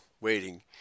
waiting